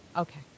Okay